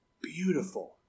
beautiful